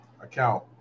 account